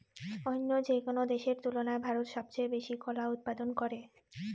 অইন্য যেকোনো দেশের তুলনায় ভারত সবচেয়ে বেশি কলা উৎপাদন করে